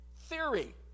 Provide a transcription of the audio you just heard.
theory